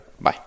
Bye